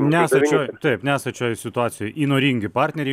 nesat šioj taip nesat šioj situacijoj įnoringi partneriai